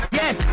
yes